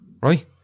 right